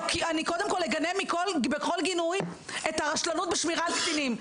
אני אגנה בכל גינוי את הרשלנות בשמירה על קטינים.